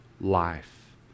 life